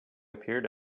appeared